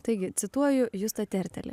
taigi cituoju justą tertelį